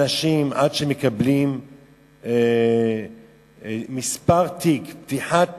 אנשים, עד שמקבלים מספר תיק, פתיחת תיק,